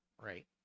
Right